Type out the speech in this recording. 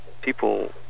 people